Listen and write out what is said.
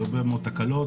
הרבה מאוד תקלות,